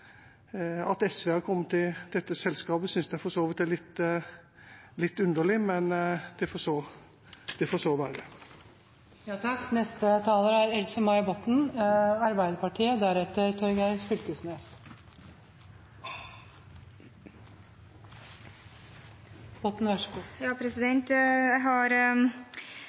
At SV har kommet i dette selskapet, synes jeg for så vidt er litt underlig, men det får så være. Jeg har